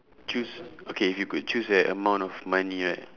choose okay if you could choose that amount of money right